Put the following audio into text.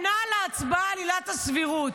שנה להצבעה על עילת הסבירות.